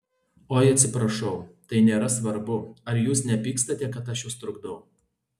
oi atsiprašau tai nėra svarbu ar jūs nepykstate kad aš jus trukdau